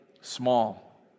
small